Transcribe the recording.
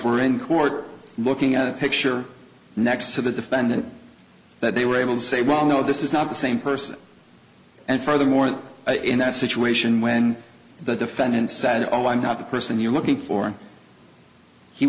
were in court looking at a picture next to the defendant that they were able to say well no this is not the same person and furthermore in that situation when the defendant said oh i'm not the person you're looking for he